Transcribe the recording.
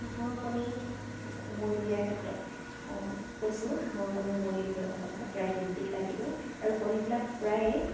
হাঁহৰ কণী উমনি দিয়াৰ ক্ষেত্ৰত কৈছোঁ হাঁহৰ কণী উমনি দিবলৈ হ'লে মানে প্ৰায় ত্ৰিছ দিন লাগিবই আৰু কণীবিলাক প্ৰায়ে